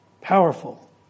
Powerful